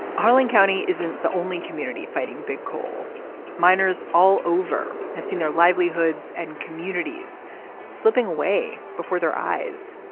harlan county isn't the only community fighting big coal miners all over have seen their livelihoods and communities slipping away before their eyes.